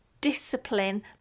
discipline